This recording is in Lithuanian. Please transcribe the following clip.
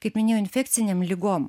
kaip minėjau infekcinėm ligom